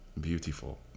beautiful